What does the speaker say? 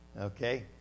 Okay